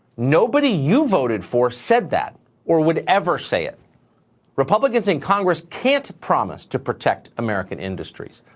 nobody you voted for said that or would ever say it republicans in congress can't promise to protect american industries.